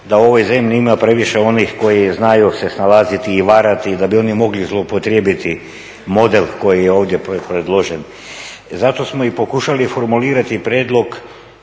da u ovoj zemlji ima previše onih koji znaju se snalaziti i varati i da bi oni mogli zlouporabiti model koji je ovdje predložen. Zato smo i pokušali formulirati prijedlog,